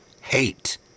hate